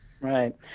Right